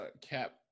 cap